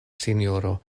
sinjoro